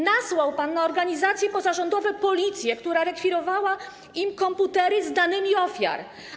Nasłał pan na organizacje pozarządowe Policję, która rekwirowała im komputery z danymi ofiar.